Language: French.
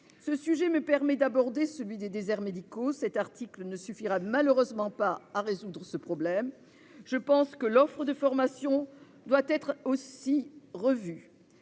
Ce sujet me permet d'aborder celui des déserts médicaux. L'article voté ne suffira malheureusement pas à résoudre le problème. L'offre de formation doit aussi être